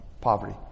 poverty